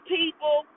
people